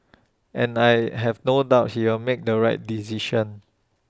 and I have no doubt he'll make the right decision